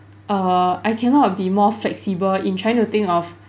err I cannot be more flexible in trying to think of